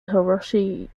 hiroshi